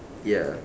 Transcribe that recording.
ya